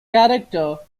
character